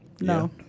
No